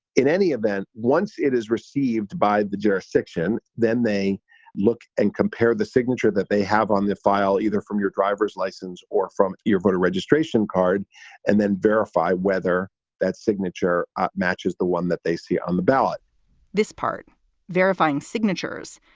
in any event, once it is received by the jurisdiction, then they look and compare the signature that they have on their file, either from your driver's license or from your voter registration card and then verify whether that signature matches the one that they see on the ballot this part verifying signatures.